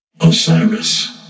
osiris